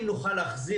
אני רוצה להעיר,